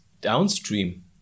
downstream